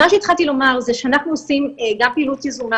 מה שהתחלתי לומר זה שאנחנו עושים גם פעילות יזומה